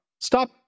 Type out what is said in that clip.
Stop